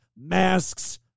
masks